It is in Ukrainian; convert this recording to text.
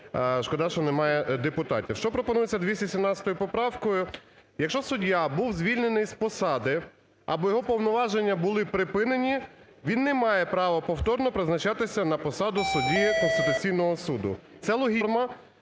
шкода, що немає депутатів. Що пропонується 217 поправкою? Якщо суддя був звільнений з посади або його повноваження були припинені, він не має право повторно призначатися на посаду судді Конституційного Суду.